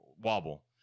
wobble